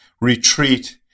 retreat